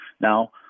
Now